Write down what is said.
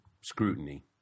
scrutiny